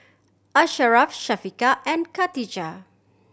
Asharaff Syafiqah and Khatijah